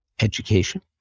education